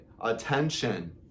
attention